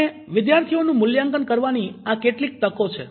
અને વિદ્યાર્થીઓનું મૂલ્યાંકન કરવાની આ કેટલીક તકો છે